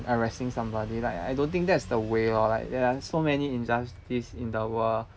arresting somebody like I don't think that's the way lor like that so many injustice in the world